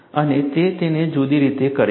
અને તે તેને જુદી રીતે કરે છે